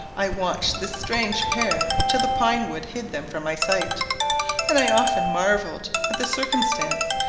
i watched this strange pair till the pine-wood hid them from my sight and i often marvelled at the circumstance,